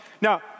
now